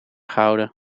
gehouden